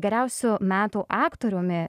geriausiu metų aktoriumi